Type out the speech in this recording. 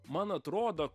man atrodo